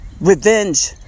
revenge